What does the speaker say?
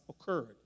occurred